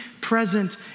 present